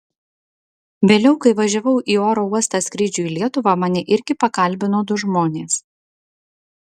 vėliau kai važiavau į oro uostą skrydžiui į lietuvą mane irgi pakalbino du žmonės